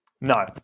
No